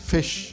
Fish